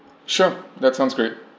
sure that sounds great